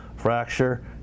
fracture